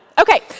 Okay